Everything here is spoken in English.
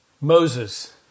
Moses